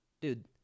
Dude